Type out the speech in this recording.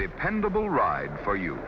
dependable ride for you